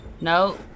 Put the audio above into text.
no